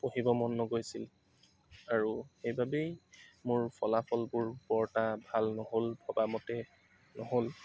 পঢ়িব মন নগৈছিল আৰু সেইবাবেই মোৰ ফলাফলবোৰ বৰ এটা ভাল নহ'ল ভবামতে নহ'ল